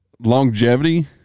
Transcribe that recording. longevity